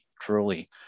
truly